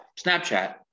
Snapchat